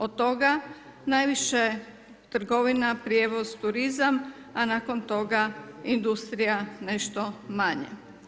Od toga najviše trgovina, prijevoz, turizam, a nakon toga industrija nešto manje.